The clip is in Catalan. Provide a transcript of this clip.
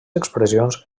expressions